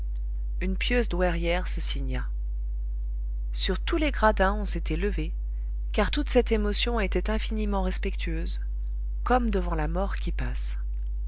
une pieuse douairière se signa sur tous les gradins on s'était levé car toute cette émotion était infiniment respectueuse comme devant la mort qui passe